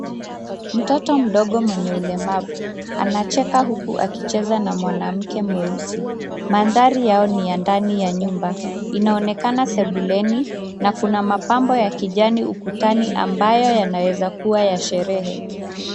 Mtoto mdogo mwenye ulemavu anacheka huku akicheza na mwanamke mweusi. Mandhari yao ni ya ndani ya nyumba, inaonakena sebuleni na kuna mapambo ya kijani ukutani ambayo yanaweza kuwa ya sherehe.